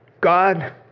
God